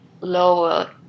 lower